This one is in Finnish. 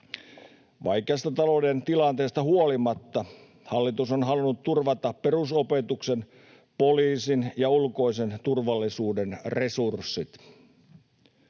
Vaikeasta talouden tilanteesta huolimatta hallitus on halunnut turvata perusopetuksen, poliisin ja ulkoisen turvallisuuden resurssit.